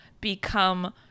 become